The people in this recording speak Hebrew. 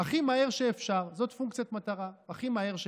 הכי מהר שאפשר, זאת פונקציית מטרה, הכי מהר שאפשר.